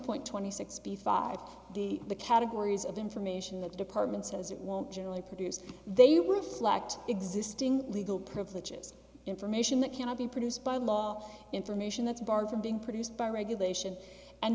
point twenty six b five d the categories of information the department says it won't generally produce they were reflect existing legal privileges information that cannot be produced by law information that's barred from being produced by regulation and